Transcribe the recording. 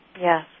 Yes